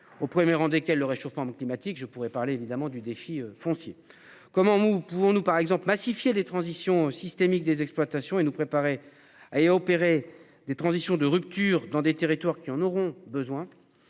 au 1er rang desquels le réchauffement climatique. Je pourrais parler évidemment du défi foncier comment nous pouvons nous par exemple massifier les transitions systémique des exploitations et nous préparer à et opérer des transitions de rupture dans des territoires qui en auront besoin.